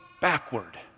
backward